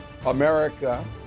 america